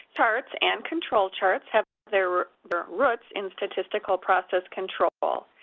charts and control charts have their roots in statistical process controls,